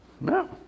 No